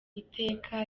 iteka